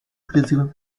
призывом